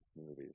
movies